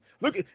Look